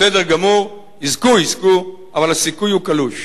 בסדר גמור, יזכו, יזכו, אבל הסיכוי הוא קלוש.